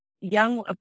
young